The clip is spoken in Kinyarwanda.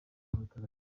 hatagatifu